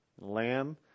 lamb